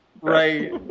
right